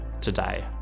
today